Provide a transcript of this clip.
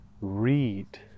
read